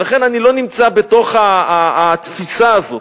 ולכן אני לא נמצא בתוך התפיסה הזאת.